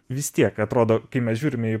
vis tiek atrodo kai mes žiūrime į